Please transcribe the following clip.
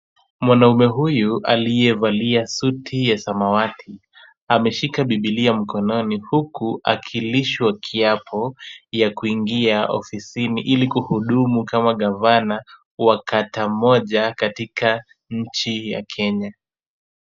Mwanamume huyu aliyevalia suti ya samawati ameshika Biblia mkononi huku akilishwa kiapo ya kuingia ofisini ili kuhudumu kama gavana wa kata moja katika nchi ya Kenya.